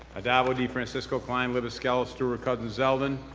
addabbo, defrancisco, klein, libous, skelos, stewart-cousins, zeldin.